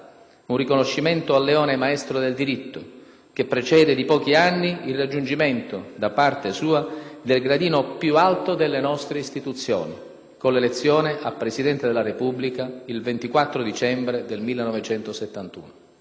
un riconoscimento a Leone maestro del diritto, che precede di pochi anni il raggiungimento da parte sua del gradino più alto delle nostre istituzioni, con l'elezione a Presidente della Repubblica il 24 dicembre 1971.